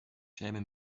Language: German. schäme